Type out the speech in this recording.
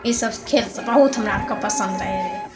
ईसब खेल बहुत हमरा आओरके पसन्द रहै रहै रऽ